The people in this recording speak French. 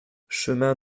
chemin